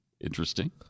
interesting